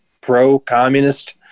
pro-communist